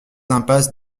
impasse